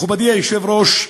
מכובדי היושב-ראש,